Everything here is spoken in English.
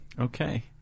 Okay